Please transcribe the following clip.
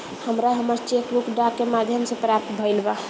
हमरा हमर cheque book डाक के माध्यम से प्राप्त भईल बा